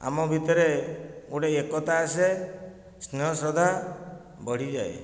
ଆମ ଭିତରେ ଗୋଟିଏ ଏକତା ଆସେ ସ୍ନେହ ଶ୍ରଦ୍ଧା ବଢ଼ିଯାଏ